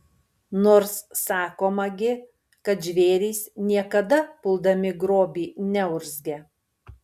nors sakoma gi kad žvėrys niekada puldami grobį neurzgia